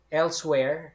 elsewhere